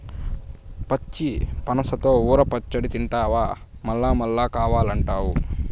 పచ్చి పనసతో ఊర పచ్చడి తింటివా మల్లమల్లా కావాలంటావు